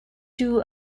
two